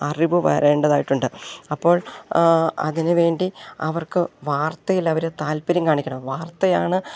അറിവ് വരേണ്ടതായിട്ടുണ്ട് അപ്പോൾ അതിനു വേണ്ടി അവർക്ക് വാർത്തയിൽ അവർ താല്പര്യം കാണിക്കണം വാർത്തയാണ്